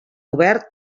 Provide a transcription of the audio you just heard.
obert